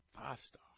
Five-star